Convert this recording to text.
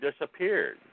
disappeared